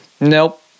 Nope